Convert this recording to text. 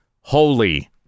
holy